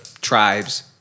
tribes